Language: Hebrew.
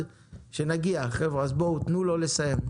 חבר'ה, תנו לו לסיים.